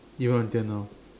even until now